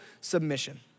submission